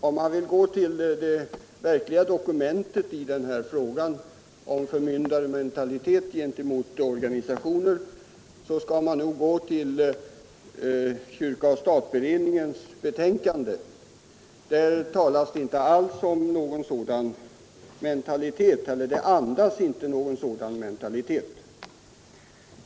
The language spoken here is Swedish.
Om man vill ha ett verkligt dokument när det gäller frågan om förmyndarmentalitet mot organisationer skall man gå till kyrka—stat-beredningens betänkande. Det andas inte alls någon sådan mentalitet.